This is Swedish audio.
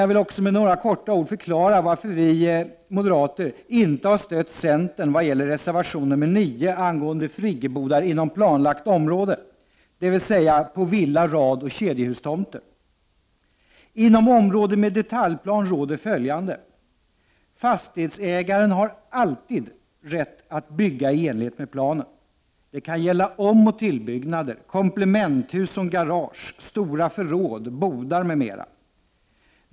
Jag vill också med några ord förklara varför vi moderater inte har stött centern vad gäller reservation nr 9, angående friggebodar inom planlagt område, dvs. på villa-, radoch kedjehustomter. Inom område med detaljplan gäller följande: Fastighetsägaren har alltid rätt att bygga i enlighet med planen. Det kan gälla omoch tillbyggnader, komplementhus som garage, stora förråd, bodar m.m.